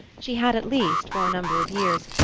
she had at least, for a number of years,